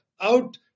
out